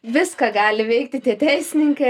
viską gali veikti tie teisininkai